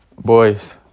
Boys